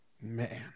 Man